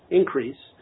increase